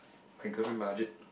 my girlfriend budget